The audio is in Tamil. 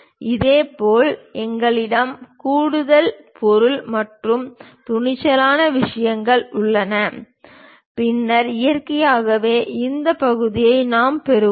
இதேபோல் எங்களிடம் கூடுதல் பொருள் மற்றும் துணிச்சலான விஷயங்கள் உள்ளன பின்னர் இயற்கையாகவே இந்த பகுதியை நாம் பெறுவோம்